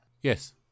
Yes